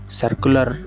circular